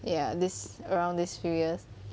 ya this around this few years